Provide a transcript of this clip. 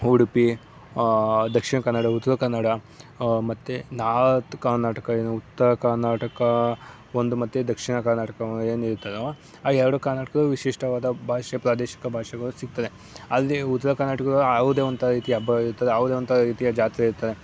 ಉಡುಪಿ ದಕ್ಷಿಣ ಕನ್ನಡ ಉತ್ತರ ಕನ್ನಡ ಮತ್ತೆ ನಾರ್ತ್ ಕರ್ನಾಟಕ ಇನ್ನು ಉತ್ತರ ಕರ್ನಾಟಕ ಒಂದು ಮತ್ತೆ ದಕ್ಷಿಣ ಕರ್ನಾಟಕವು ಏನಿರ್ತದೋ ಆ ಎರಡು ಕರ್ನಾಟಕವು ವಿಶಿಷ್ಟವಾದ ಭಾಷೆ ಪ್ರಾದೇಶಿಕ ಭಾಷೆಗಳು ಸಿಗ್ತದೆ ಅಲ್ಲಿ ಉತ್ತರ ಕರ್ನಾಟಕವು ಅದೇ ರೀತಿ ಹಬ್ಬವಾಗಿರ್ತದೆ ಅದೇ ರೀತಿಯ ಜಾತ್ರೆ ಇರ್ತದೆ